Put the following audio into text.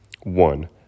One